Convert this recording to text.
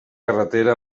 carretera